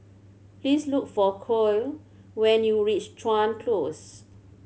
please look for Khloe when you reach Chuan Close